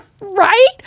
Right